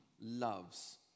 loves